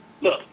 Look